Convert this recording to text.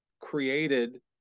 created